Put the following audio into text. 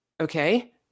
Okay